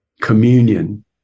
communion